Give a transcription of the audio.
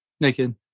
Naked